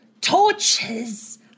torches